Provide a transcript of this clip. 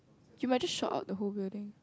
you might just shot out the whole building